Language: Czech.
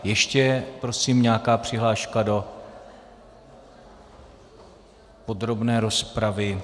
Ještě prosím nějaká přihláška do podrobné rozpravy?